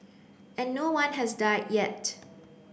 and no one has died yet